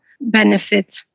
benefit